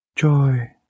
Joy